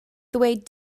ddweud